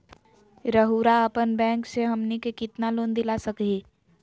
रउरा अपन बैंक से हमनी के कितना लोन दिला सकही?